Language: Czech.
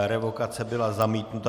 Revokace byla zamítnuta.